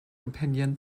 opinion